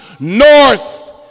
North